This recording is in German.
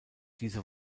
diese